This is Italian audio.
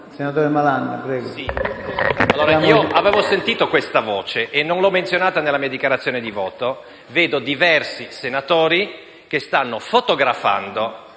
Signor Presidente, avevo sentito questa voce e non l'ho menzionata nella mia dichiarazione di voto. Vedo diversi senatori che stanno fotografando